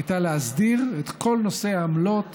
הייתה להסדיר את כל נושא העמלות